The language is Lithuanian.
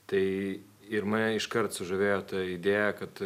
tai ir mane iškart sužavėjo ta idėja kad